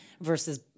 versus